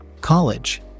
College